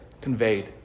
conveyed